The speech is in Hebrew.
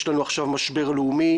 יש לנו עכשיו משבר לאומי,